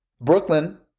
Brooklyn